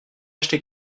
acheter